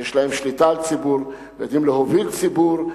שיש להם שליטה על ציבור, יודעים להוביל ציבור.